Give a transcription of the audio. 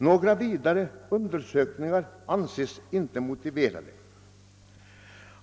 Några vidare undersökningar anses inte motiverade.